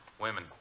Women